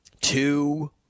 two